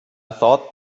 thought